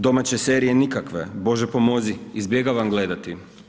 Domaće serije nikakve, Bože pomozi, izbjegavam gledati.